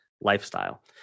lifestyle